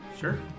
Sure